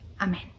amen